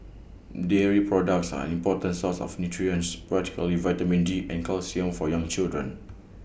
dairy products are important source of nutrition particularly vitamin D and calcium for young children